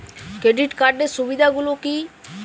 Credit কার্ডের সুবিধা গুলো কি?